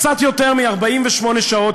קצת יותר מ-48 שעות,